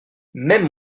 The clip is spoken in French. même